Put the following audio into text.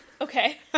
Okay